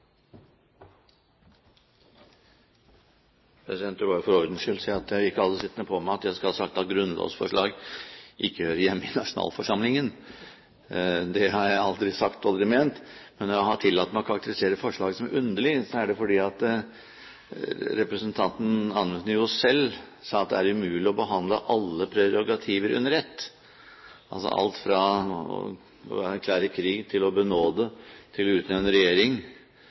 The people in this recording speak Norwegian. Jeg vil bare for ordens skyld si at jeg ikke vil ha det sittende på meg at jeg skal ha sagt at grunnlovsforslag ikke hører hjemme i nasjonalforsamlingen. Det har jeg aldri sagt og aldri ment, men når jeg har tillatt meg å karakterisere forslaget som underlig, er det fordi representanten Anundsen jo selv sa at det er umulig å behandle alle prerogativer under ett, altså alt fra å erklære krig til å benåde og til å utnevne regjering.